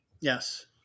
Yes